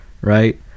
right